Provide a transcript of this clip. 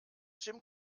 jim